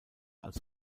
als